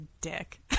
dick